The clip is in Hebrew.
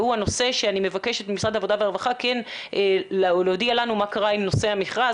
הנושא שאני מבקשת ממשרד העבודה והרווחה להודיע לנו מה קרה עם המכרז,